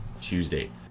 Tuesday